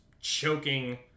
choking